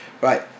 right